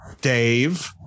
Dave